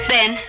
Ben